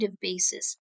basis